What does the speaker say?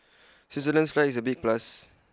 Switzerland's flag is A big plus